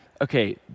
okay